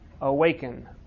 awaken